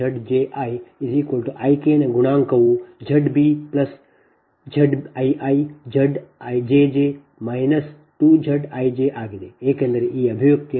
ಆದ್ದರಿಂದ Z ij Z ji ಮತ್ತು I k ನ ಗುಣಾಂಕವು Z b Z ii Z jj 2Z ij ಆಗಿದೆ ಏಕೆಂದರೆ ಈ ಅಭಿವ್ಯಕ್ತಿಯಲ್ಲಿ Z ij Z ji